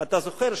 אתה זוכר,